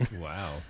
Wow